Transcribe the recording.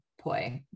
poi